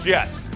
Jets